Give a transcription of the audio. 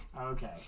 Okay